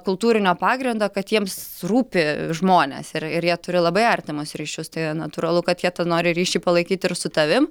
kultūrinio pagrindo kad jiems rūpi žmonės ir ir jie turi labai artimus ryšius tai natūralu kad jie nori ryšį palaikyt ir su tavim